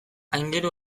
aingeru